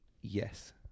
yes